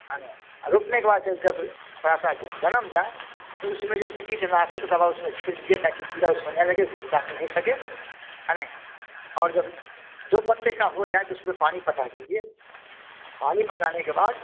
अन रोपने के बाद जो जब थोड़ा सा जन्म जाए तो उसमें जैसे कीटनाशक दवा उसमें छिड़क दीजिए ताकि कीड़ा उसमें ना लगे उसे टाक नहीं सके अ नहीं और जब दो पत्ते का हो जाए तो उसमें पानी पटा दीजिए पानी पटाने के बाद